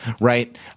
right